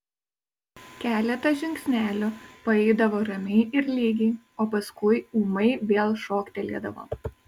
keletą žingsnelių paeidavo ramiai ir lygiai o paskui ūmai vėl šoktelėdavo